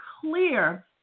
clear